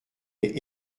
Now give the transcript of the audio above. aient